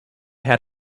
had